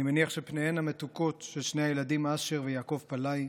אני מניח שפניהם המתוקות של שני ילדים אשר ויעקב פלאי,